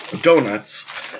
donuts